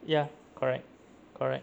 ya correct correct